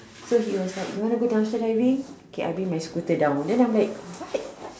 so he was like you want to go dumpster diving okay I bring my scooter down then I am like what